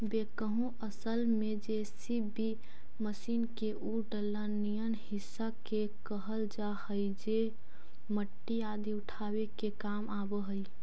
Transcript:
backhoe असल में JCB machine के उ डला निअन हिस्सा के कहल जा हई जे मट्टी आदि उठावे के काम आवऽ हई